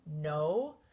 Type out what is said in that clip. no